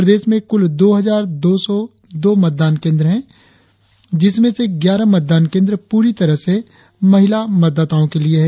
प्रदेश में कुल दो हजार दो सौ दो मतदान केंद्र है जिसमें से ग्यारह मतदान केंद्र पूरी तरह से महिला मतदातोओ के लिए है